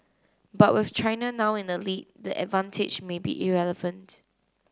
but with China now in the lead the advantage may be irrelevant